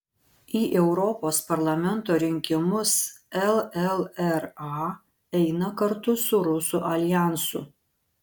į europos parlamento rinkimus llra eina kartu su rusų aljansu